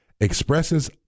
expresses